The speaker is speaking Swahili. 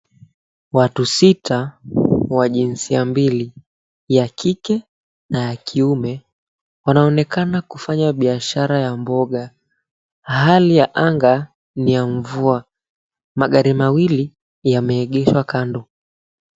Watu sita wa jinsia mbili ya kike na ya kiume, wanaonekana kufanya biashara ya mboga. Hali ya anga ni ya mvua. Magari mawili yameegeshwa kando.